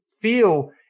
feel